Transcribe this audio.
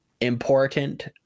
important